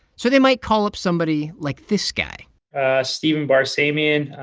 so they might call up somebody like this guy steven barsamian.